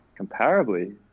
comparably